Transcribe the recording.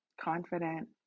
confident